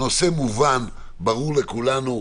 הנושא מובן, ברור לכולנו.